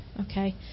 okay